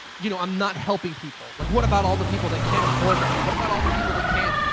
you know, i'm not helping people. like what about all the people that can't afford that? what about all the people that can't,